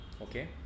okay